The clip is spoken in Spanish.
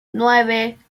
nueve